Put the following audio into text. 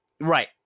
right